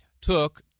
took